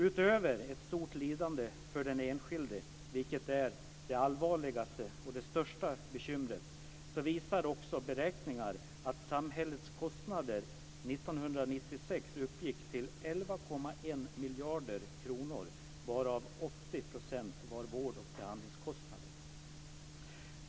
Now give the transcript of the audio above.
Utöver ett stort lidande för den enskilde, vilket är det allvarligaste och det största bekymret, visar beräkningar att samhällets kostnader 1996 uppgick till 11,1 miljarder kronor, varav 80 % var vårdoch behandlingskostnader.